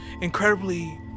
incredibly